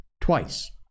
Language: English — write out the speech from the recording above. twice